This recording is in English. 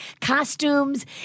Costumes